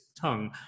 tongue